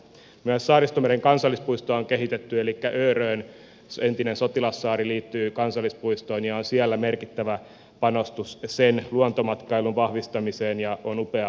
myös saaristomeren kansallispuistoa on kehitetty elikkä örön entinen sotilassaari liittyy kansallispuistoon ja se on siellä merkittävä panostus luontomatkailun vahvistamiseen ja upea luontokohde sekin